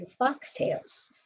foxtails